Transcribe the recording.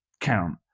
count